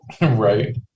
Right